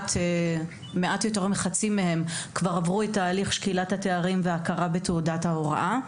מעט יותר מחצי מהם כבר עברו את הליך שקילת התארים וההכרה בתעודת ההוראה.